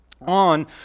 on